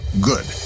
good